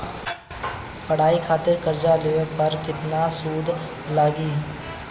पढ़ाई खातिर कर्जा लेवे पर केतना सूद लागी?